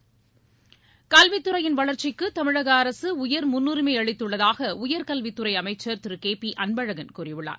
கல்வித்துறையின் வளர்ச்சிக்கு தமிழக அரசு உயர் முன்னுரிமை அளித்துள்ளதாக உயர்கல்வித்துறை அமைச்சர் திரு கே பி அன்பழகன் கூறியுள்ளார்